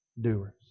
doers